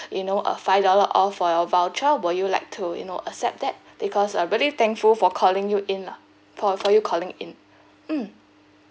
you know a five dollar off for your voucher will you like to you know accept that because uh really thankful for calling you in lah for for you calling in mm